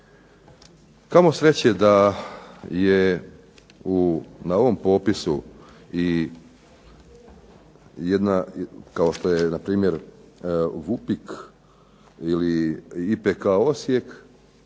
Kamo sreće da je na ovom popisu jedna kao što je na primjer Vupik ili IPK Osijek